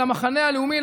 אל המחנה הלאומי,